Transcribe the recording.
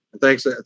Thanks